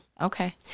Okay